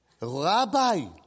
Rabbi